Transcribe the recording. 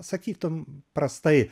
sakytum prastai